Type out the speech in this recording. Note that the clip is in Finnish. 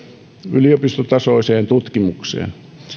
yliopistotasoiseen tutkimukseen